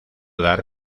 dar